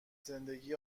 زندگی